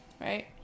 right